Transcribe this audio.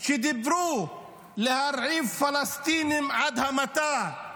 כשדיברו על להרעיב פלסטינים עד המתה,